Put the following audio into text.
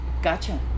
Gotcha